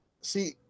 See